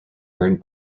earned